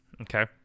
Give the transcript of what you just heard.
okay